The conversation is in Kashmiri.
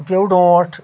پِیٚوو ڈۄٹھ